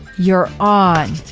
you're on.